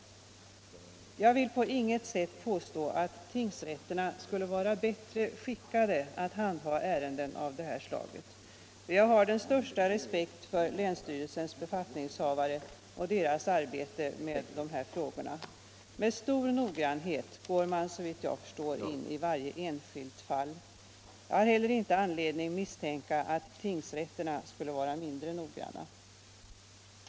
Jag vill på inget sätt påstå att tingsrätterna skulle vara bättre skickade att handha ärenden av detta slag. Jag har den största respekt för länsstyrelsens befattningshavare och deras arbete med dessa frågor. Med stor noggrannhet går man, såvitt jag förstår, in i varje enskilt fall. Jag har heller inte anledning misstänka att tingsrätterna skall vara mindre noggranna.